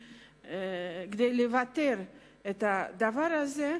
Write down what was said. לוותר על הדבר הזה,